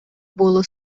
було